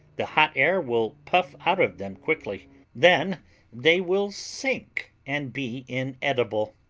the hot air will puff out of them quickly then they will sink and be inedible.